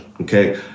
okay